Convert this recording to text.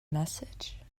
message